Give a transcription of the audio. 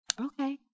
Okay